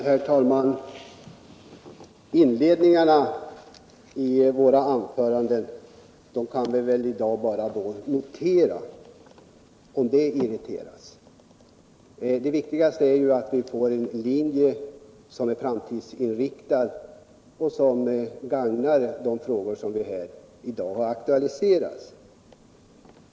Herr talman! Inledningarna i våra anföranden kan vi väl i dag bortse från. Det viktigaste är att vi får en linje som är framtidsinriktad och gagnar de frågor som i dag har aktualiserats.